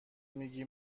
میگی